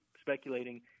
speculating